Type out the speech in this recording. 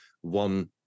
one